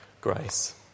grace